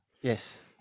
Yes